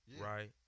Right